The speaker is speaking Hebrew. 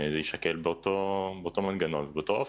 זה יישקל באותו מנגנון ובאותו אופן.